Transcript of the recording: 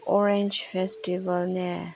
orange ꯐꯦꯁꯇꯤꯚꯦꯜꯅꯦ